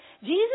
jesus